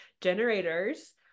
generators